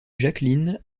jacqueline